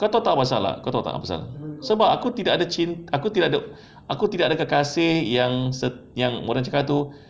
kau tahu tak apasal tak kau tahu tak apasal sebab aku tidak ada cin~ aku tidak ada kekasih yang orang cakap tu